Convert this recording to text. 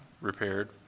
repaired